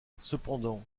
cependant